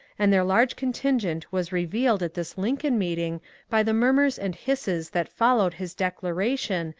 and their large contingent was revealed at this lincoln meeting by the murmurs and hisses that followed his declaration,